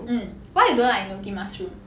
mm why you don't like enoki mushroom